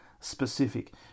specific